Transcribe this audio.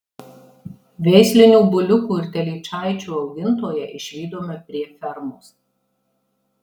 veislinių buliukų ir telyčaičių augintoją išvydome prie fermos